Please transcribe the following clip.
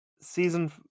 season